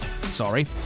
sorry